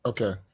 Okay